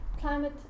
climate